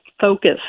focus